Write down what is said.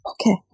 Okay